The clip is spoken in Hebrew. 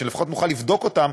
שלפחות נוכל לבדוק אותם,